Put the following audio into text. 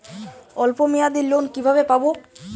অল্প মেয়াদি লোন কিভাবে পাব?